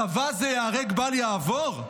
צבא זה ייהרג ובל יעבור.